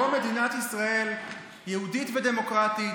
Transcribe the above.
או מדינת ישראל יהודית ודמוקרטית,